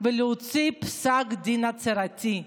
ולהוציא פסק דין הצהרתי,